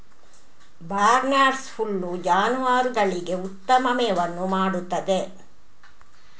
barnyard ಹುಲ್ಲು ಜಾನುವಾರುಗಳಿಗೆ ಉತ್ತಮ ಮೇವನ್ನು ಮಾಡುತ್ತದೆ